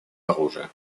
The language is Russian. оружия